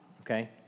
okay